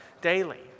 daily